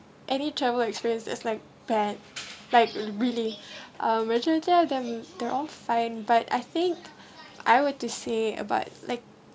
any travel experience just like bad like a really um majority of them they're all fine but I think I were to say about like